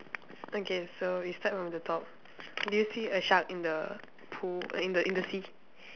okay so we start from the top do you see a shark in the pool in the in the sea